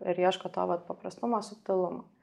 ir ieško to vat paprastumo subtilumo